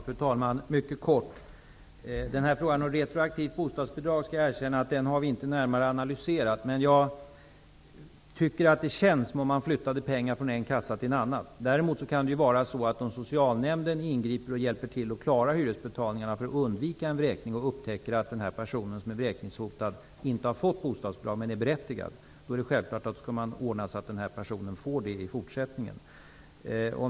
Fru talman! Jag skall fatta mig mycket kort. Jag skall erkänna att vi inte närmare har analyserat frågan om retroaktivt bostadsbidrag. Det känns dock som om det vore att flytta pengarna från en kassa till en annan. Om socialnämnden, när man hjälper någon att klara hyresbetalningarna så att en vräkning kan undvikas, upptäcker att den vräkningshotade personen inte har fått bostadsbidrag, men är berättigad till det, skall man självfallet ordna så att personen får det i fortsättningen.